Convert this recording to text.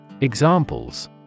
Examples